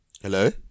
hello